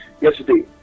yesterday